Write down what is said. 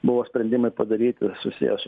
buvo sprendimai padaryti ir susiję su